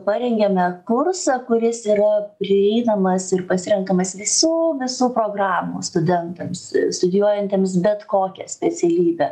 parengėme kursą kuris yra prieinamas ir pasirenkamas visų visų programų studentams studijuojantiems bet kokią specialybę